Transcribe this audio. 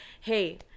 hey